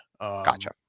gotcha